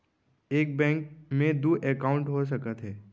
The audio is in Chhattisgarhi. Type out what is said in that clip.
एक बैंक में दू एकाउंट हो सकत हे?